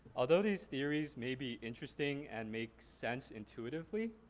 although these theories may be interesting and make sense intuitively,